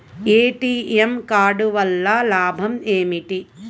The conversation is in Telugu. ఏ.టీ.ఎం కార్డు వల్ల లాభం ఏమిటి?